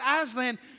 Aslan